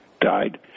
died